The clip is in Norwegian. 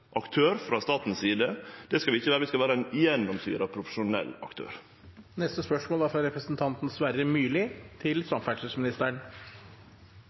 aktør frå staten si side. Det skal vi ikkje vere, vi skal gjennomsyra vere ein profesjonell